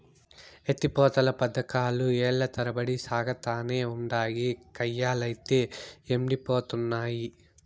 ఎత్తి పోతల పదకాలు ఏల్ల తరబడి సాగతానే ఉండాయి, కయ్యలైతే యెండిపోతున్నయి